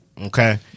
okay